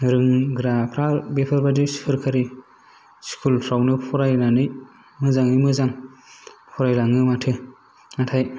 रोंग्राफ्रा बेफोरबायदि सोरकारि स्कुलफ्रावनो फरायनानै मोजाङै मोजां फरायलाङो माथो नाथाय